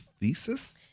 thesis